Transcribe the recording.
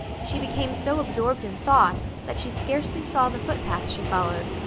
she became so absorbed in thought that she scarcely saw the footpath she followed,